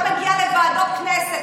לא מגיעה לוועדות כנסת,